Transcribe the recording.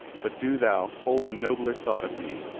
but do thou hold a nobler thought of me,